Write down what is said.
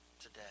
today